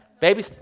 Baby